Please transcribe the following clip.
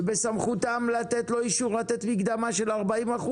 ובסמכות העם לתת לו אישור לתת מקדמה של 40%,